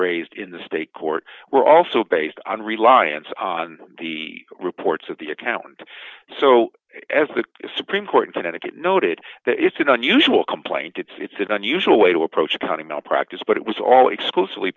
raised in the state court were also based on reliance on the reports of the account so as the supreme court in connecticut noted that it's an unusual complaint it's an unusual way to approach accounting malpractise but it was all exclusively